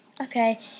Okay